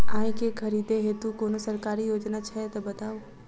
आइ केँ खरीदै हेतु कोनो सरकारी योजना छै तऽ बताउ?